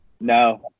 No